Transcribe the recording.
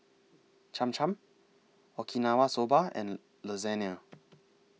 Cham Cham Okinawa Soba and Lasagne